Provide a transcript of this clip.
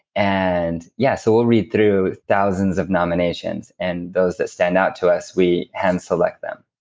and yeah, so we'll read through thousands of nominations and those that stand out to us we hand select them.